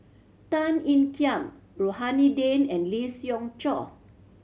Tan Ean Kiam Rohani Din and Lee Siew Choh